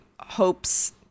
hopes